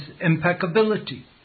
impeccability